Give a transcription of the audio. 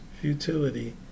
Futility